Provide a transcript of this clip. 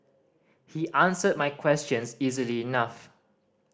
he answered my questions easily enough